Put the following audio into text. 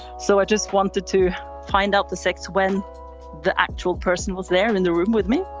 so i just wanted to find out the sex when the actual person was there in the room with me.